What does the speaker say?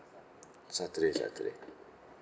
saturday saturday